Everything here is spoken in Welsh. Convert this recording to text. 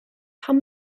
pam